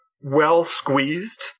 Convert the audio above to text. well-squeezed